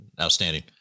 Outstanding